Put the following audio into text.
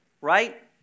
right